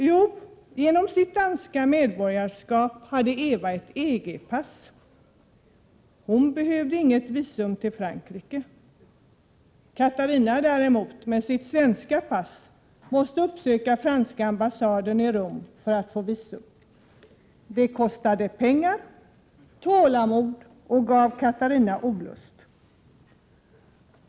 Jo, genom sitt danska medborgarskap hade Eva ett EG-pass. Hon behövde inget visum för att resa till Frankrike. Katarina däremot, som hade svenskt pass, måste uppsöka franska ambassaden i Rom för att få visum. Det kostade pengar, tålamod och gav Katarina olustkänslor.